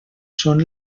són